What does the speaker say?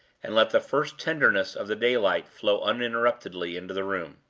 and let the first tenderness of the daylight flow uninterruptedly into the room.